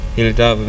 Hilda